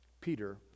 Peter